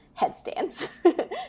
headstands